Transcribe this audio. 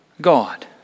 God